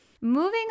moving